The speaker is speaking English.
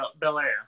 Belair